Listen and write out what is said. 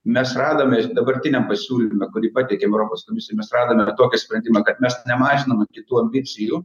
mes radome dabartiniam pasiūlyme kurį pateikėm europos komisijoj mes radome va tokį sprendimą kad mes nemažinam kitų ambicijų